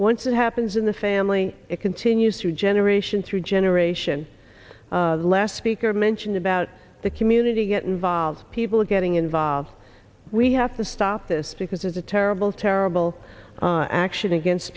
once it happens in the family it continues to generation through generation the last speaker mentioned about the community get involved people getting involved we have to stop this because it's a terrible terrible action against